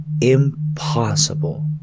impossible